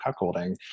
cuckolding